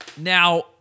Now